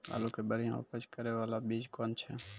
आलू के बढ़िया उपज करे बाला बीज कौन छ?